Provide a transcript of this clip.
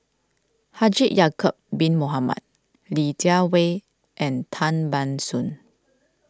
Haji Ya'Acob Bin Mohamed Li Jiawei and Tan Ban Soon